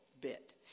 bit